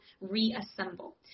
reassemble